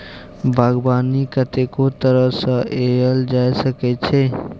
बागबानी कतेको तरह सँ कएल जा सकै छै